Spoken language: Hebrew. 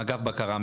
אגף בקרה,